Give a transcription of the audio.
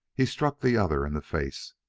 he struck the other in the face.